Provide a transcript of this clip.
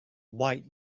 white